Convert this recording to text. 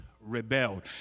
rebelled